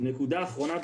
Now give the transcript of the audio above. נקודה אחרונה,